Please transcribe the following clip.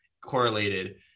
correlated